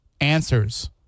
answers